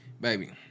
Baby